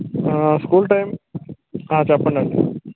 school time చెప్పండండీ